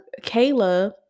Kayla